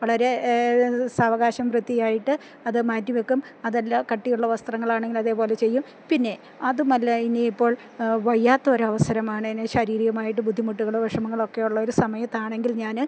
വളരെ സാവകാശം വൃത്തിയായിട്ട് അത് മാറ്റിവയ്ക്കും അതല്ല കട്ടിയുള്ള വസ്ത്രങ്ങളാണെങ്കിലതേപോലെ ചെയ്യും പിന്നെ അതുമല്ല ഇനിയിപ്പോൾ വയ്യാത്തൊരു അവസരമാണ് ശാരീരികമായിട്ടു ബുദ്ധിമുട്ടുകളോ വിഷമങ്ങളോ ഒക്കെ ഉള്ള ഒരു സമയത്താണെങ്കിൽ ഞാന്